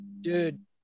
dude